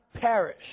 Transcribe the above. perish